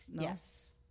Yes